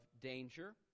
danger